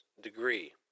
degree